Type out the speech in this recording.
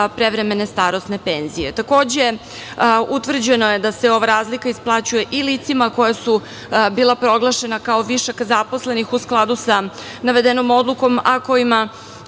prevremene starosne penzije. Takođe, utvrđeno je da se ova razlika isplaćuje i licima koja su bila proglašena kao višak zaposlenih u skladu sa navedenom odlukom, a kojima